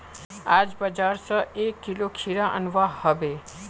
आज बाजार स एक किलो खीरा अनवा हबे